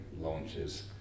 launches